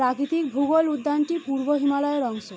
প্রাকৃতিক ভূগোল উদ্যানটি পূর্ব হিমালয়ের অংশ